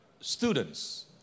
Students